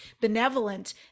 benevolent